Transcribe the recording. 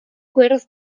gwyrdd